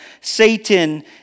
Satan